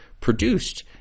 produced